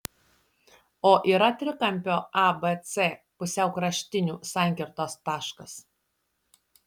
o yra trikampio abc pusiaukraštinių sankirtos taškas